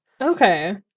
okay